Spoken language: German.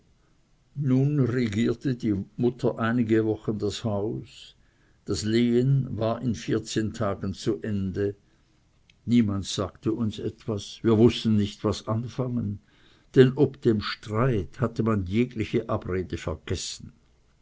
nun regierte die mutter einige wochen das haus das lehen war in vierzehn tagen zu ende niemand sagte uns etwas wir wußten nicht was anfangen denn ob dem streit hatte man jegliche abrede vergessen